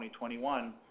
2021